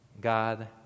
God